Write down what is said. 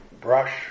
brush